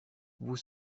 vous